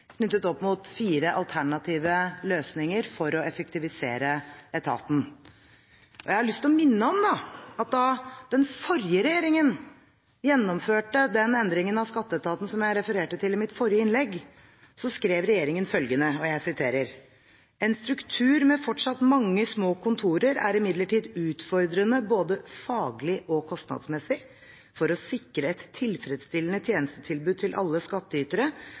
fire alternative løsninger for å effektivisere etaten. Jeg har lyst til å minne om da at den forrige regjeringen gjennomførte den endringen av skatteetaten som jeg refererte til i mitt forrige innlegg, skrev regjeringen følgende: «En struktur med fortsatt mange små kontorer er imidlertid utfordrende både faglig og kostnadsmessig. For å sikre et tilfredsstillende tjenestetilbud til alle skatteytere,